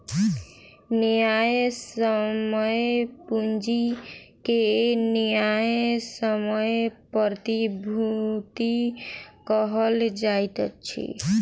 न्यायसम्य पूंजी के न्यायसम्य प्रतिभूति कहल जाइत अछि